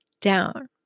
down